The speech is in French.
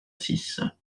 six